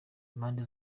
impande